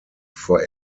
vor